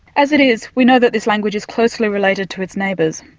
as it is we know that this language is closely related to its neighbours,